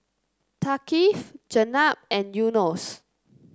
Thaqif Jenab and Yunos